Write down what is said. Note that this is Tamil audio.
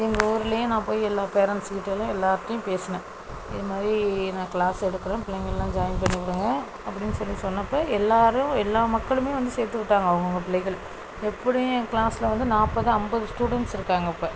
எங்கள் ஊர்லையும் நான் போய் எல்லா பேரெண்ட்ஸ் கிட்டையும் எல்லார்டையும் பேசுனேன் இதுமாதிரி நான் க்ளாஸ் எடுக்கிறேன் பிள்ளைங்கள் எல்லாம் ஜாயின் பண்ணி விடுங்கள் அப்படின்னு சொல்லி சொன்னப்போ எல்லாரும் எல்லா மக்களுமே வந்து சேரத்து விட்டாங்க அவங்கவுங்க பிள்ளைகள் எப்படியும் ஏன் க்ளாஸில் வந்து நாற்பது ஐம்பது ஸ்டூடன்ஸ் இருக்காங்க இப்போ